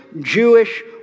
Jewish